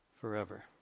forever